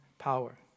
power